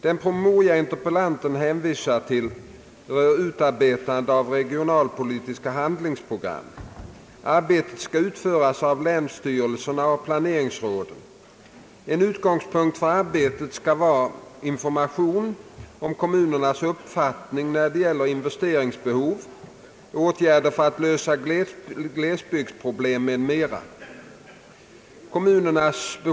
Den promemoria interpellanten hänvisar till rör utarbetandet av regionalpolitiska handlingsprogram. Arbetet skall utföras av länsstyrelserna/planeringsråden. En utgångspunkt för arbetet skall vara information om kommunernas uppfattning när det gäller investeringsbehov, åtgärder för att lösa glesbygdsproblem m.m.